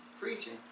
preaching